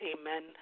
Amen